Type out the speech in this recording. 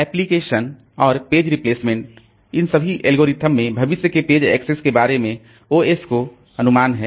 application और page replacement इन सभी एल्गोरिदम में भविष्य के पेज एक्सेस के बारे में OS को अनुमान है